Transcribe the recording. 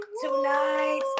tonight